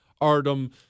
Artem